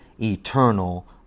eternal